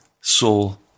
soul